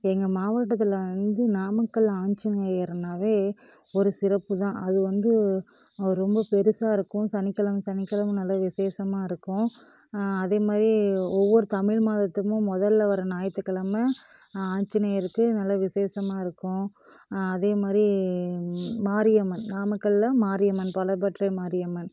எங்கள் மாவட்டத்தில் வந்து நாமக்கல் ஆஞ்சனேயர்னாவே ஒரு சிறப்பு தான் அது வந்து ரொம்ப பெருசாக இருக்கும் சனிக்கிழம சனிக்கிழம நல்ல விசேஷமாக இருக்கும் அதே மாதிரி ஒவ்வொரு தமிழ் மாதத்துக்கும் முதல்ல வர ஞாயிற்றுகெழம ஆஞ்சினேயருக்கு நல்ல விசேஷமாக இருக்கும் அதே மாதிரி மாரியம்மன் நாமக்கலில் மாரியம்மன் பலப்பற்றை மாரியம்மன்